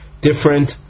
different